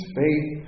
faith